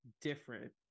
different